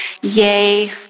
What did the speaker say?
Yay